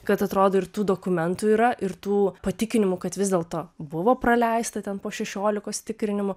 kad atrodo ir tų dokumentų yra ir tų patikinimų kad vis dėlto buvo praleista ten po šešiolikos tikrinimų